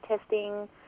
testing